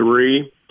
three